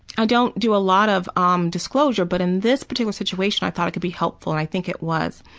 i don't do a lot of um disclosure, but in this particular situation i thought it could be helpful, and i think it was,